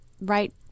right